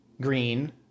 green